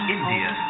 India